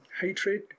hatred